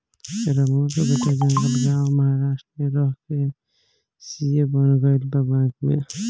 रमुआ के बेटा जलगांव महाराष्ट्र में रह के सी.ए बन गईल बा बैंक में